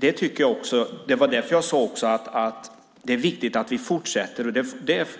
Det var också därför som jag sade att det är viktigt att vi - och